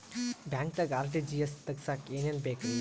ಬ್ಯಾಂಕ್ದಾಗ ಆರ್.ಟಿ.ಜಿ.ಎಸ್ ತಗ್ಸಾಕ್ ಏನೇನ್ ಬೇಕ್ರಿ?